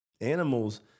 animals